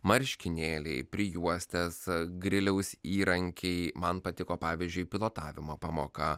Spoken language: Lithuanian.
marškinėliai prijuostės ar griliaus įrankiai man patiko pavyzdžiui pilotavimo pamoka